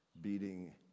beating